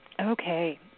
Okay